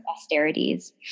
austerities